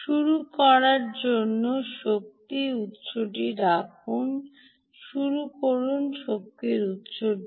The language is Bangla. শুরু করার জন্য শক্তির উত্সটি রাখুন শুরু করুন শক্তি উত্সটি